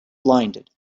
blinded